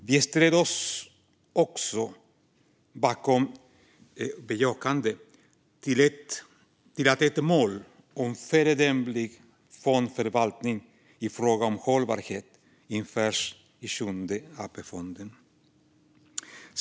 Vi ställer oss också bakom att ett mål om föredömlig fondförvaltning i fråga om hållbarhet införs för Sjunde AP-fonden.